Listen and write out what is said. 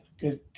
Good